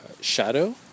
shadow